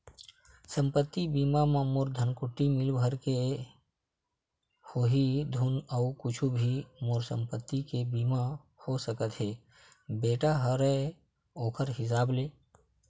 संपत्ति बीमा म मोर धनकुट्टी मील भर के होही धुन अउ कुछु भी मोर संपत्ति के बीमा हो सकत हे बेटा हवय ओखर हिसाब ले?